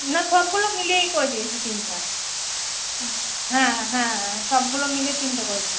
না সবগুলো মিলিয়েই করে দিয়েছি তিনটা হুম হ্যাঁ হ্যাঁ হ্যাঁ সবগুলো মিলিয়ে তিনটে করেছি